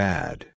Bad